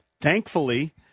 Thankfully